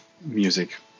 music